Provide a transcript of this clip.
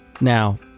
now